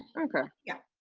so okay. yeah.